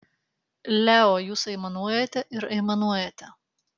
leo jūs aimanuojate ir aimanuojate